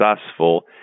successful